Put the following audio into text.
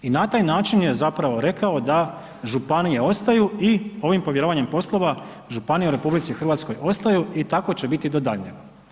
I na taj način je zapravo rekao da županije ostaju i ovim povjeravanjem poslova županije u RH ostaju i tako će biti do daljnjega.